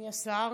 אדוני השר,